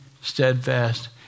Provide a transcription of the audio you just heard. steadfast